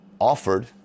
offered